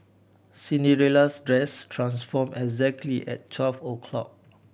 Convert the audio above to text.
Cinderella's dress transformed exactly at twelve o' clock